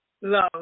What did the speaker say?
Love